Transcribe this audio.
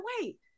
wait